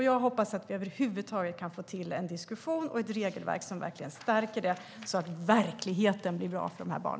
Jag hoppas att vi över huvud taget kan få till en diskussion och ett regelverk som verkligen stärker det, så att verkligheten blir bra för dessa barn.